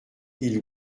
ils